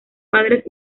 padres